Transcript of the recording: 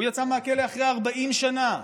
הוא יצא מהכלא אחרי 40 שנה.